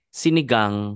sinigang